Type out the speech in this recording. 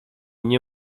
nie